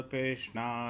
Krishna